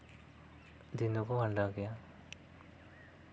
ᱡᱤᱭᱚᱱ ᱠᱚ ᱠᱷᱟᱱᱰᱟᱣ ᱜᱮᱭᱟ